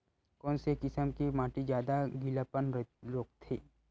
कोन से किसम के माटी ज्यादा गीलापन रोकथे?